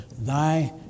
thy